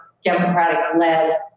Democratic-led